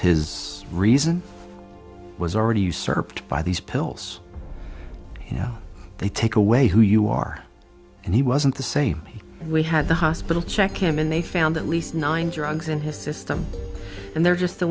his reason was already usurped by these pills you know they take away who you are and he wasn't the same we had the hospital check him and they found at least nine drugs in his system and they're just the